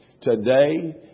today